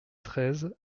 treize